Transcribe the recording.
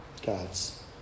God's